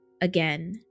again